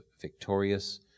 victorious